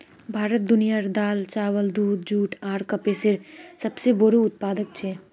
भारत दुनियार दाल, चावल, दूध, जुट आर कपसेर सबसे बोड़ो उत्पादक छे